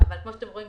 כמו שאתם רואים,